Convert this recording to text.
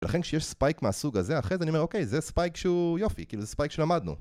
ולכן כשיש ספייק מהסוג הזה אחרי זה אני אומר אוקיי זה ספייק שהוא יופי, כאילו זה ספייק שלמדנו